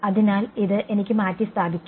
അതിനാൽ ഇത് എനിക്ക് മാറ്റി സ്ഥാപിക്കാം